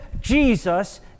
Jesus